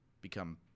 become